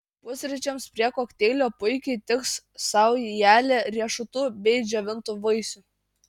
pusryčiams prie kokteilio puikiai tiks saujelė riešutų bei džiovintų vaisių